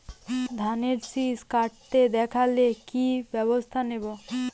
ধানের শিষ কাটতে দেখালে কি ব্যবস্থা নেব?